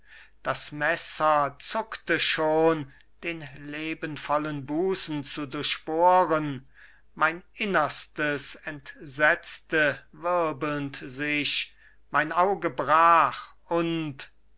das messer zuckte schon den lebenvollen busen zu durchbohren mein innerstes entsetzte wirbelnd sich mein auge brach und ich